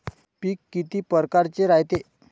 पिकं किती परकारचे रायते?